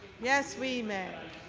yes, we may.